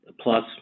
plus